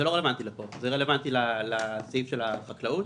זה לא רלוונטי לכאן, זה רלוונטי לסעיף של החקלאות.